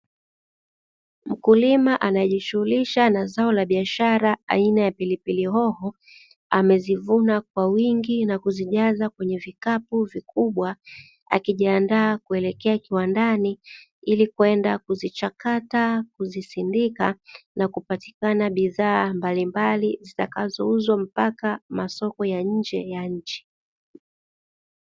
Mkulima anayejishughulisha na zao la biashara aina ya pilipili hoho amevuna kwa wingi na kuzijaza kwenye vikapu vikubwa akijiandaa kuelekea kiwandani Ili kuenda kuzichakata kuzisindika na kupatikana bidhaa mbalimbali zitakazouzwa mpaka masoko ya nje ya nchi.